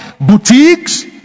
boutiques